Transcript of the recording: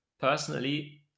Personally